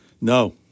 No